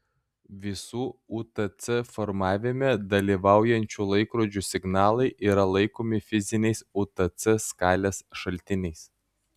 visų utc formavime dalyvaujančių laikrodžių signalai yra laikomi fiziniais utc skalės šaltiniais